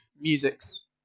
music's